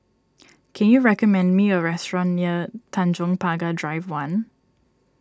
can you recommend me a restaurant near Tanjong Pagar Drive one